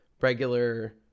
regular